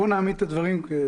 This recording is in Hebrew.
בואו נעמיד את הדברים כי ,